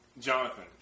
Jonathan